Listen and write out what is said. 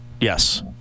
Yes